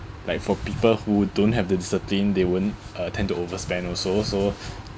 like for people who don't have the discipline they won't uh tend to overspend also so